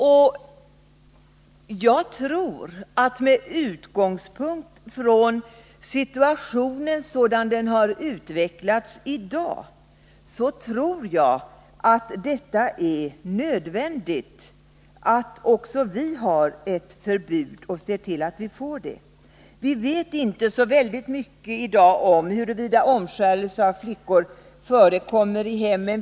Med 19 november 1979 utgångspunkt i den situation som i dag råder tror jag att det är nödvändigt att vi ser till att vi får ett förbud. Vi vet i dag inte så mycket om huruvida — Om förbud mot omskärelse av flickor förekommer i hemmen.